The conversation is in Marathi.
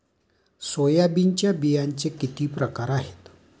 सोयाबीनच्या बियांचे किती प्रकार आहेत?